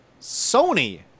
Sony